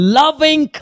loving